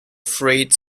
freight